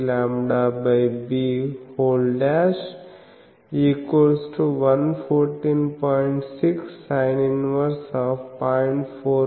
6sin 10